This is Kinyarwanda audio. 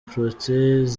protais